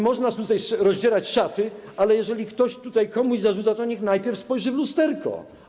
Można tutaj rozdzierać szaty, ale jeżeli ktoś komuś coś zarzuca, to niech najpierw spojrzy w lusterko.